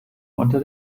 unter